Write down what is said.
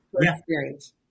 experience